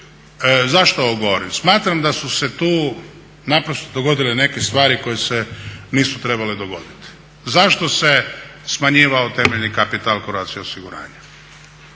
zašto ovo govorim? Smatram da su se tu naprosto dogodile neke stvari koje se nisu trebale dogoditi. Zašto se smanjivao temeljni kapital Croatia osiguranja?